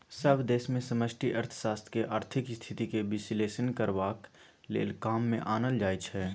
सभ देश मे समष्टि अर्थशास्त्र केँ आर्थिक स्थिति केर बिश्लेषण करबाक लेल काम मे आनल जाइ छै